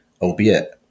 albeit